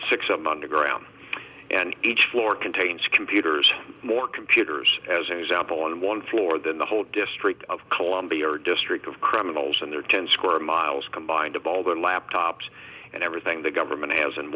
six some underground and each floor contains computers more computers as an example on one floor than the whole district of columbia or district of criminals and their ten square miles combined of all their laptops and everything the government has in